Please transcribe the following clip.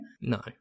no